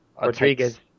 Rodriguez